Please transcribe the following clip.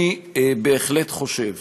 אני בהחלט חושב